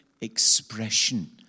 expression